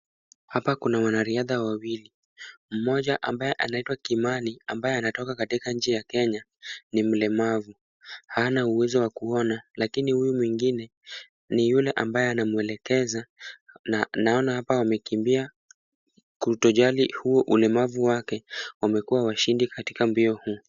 Hapa kuna wanariadha wawili. Mmoja ambaye anaitwa Kimani, ambaye anatoka katika nchi ya Kenya ni mlemavu. Hana uwezo wa kuona, lakini huyu mwingine ni yule ambaye anamuelekeza na naona hapa wamekimbia kutojali huo ulemavu wake, wamekua washindi katika mbio huu.